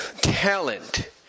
talent